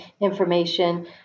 information